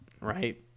right